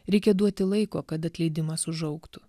reikia duoti laiko kad atleidimas užaugtų